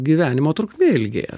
gyvenimo trukmė ilgėja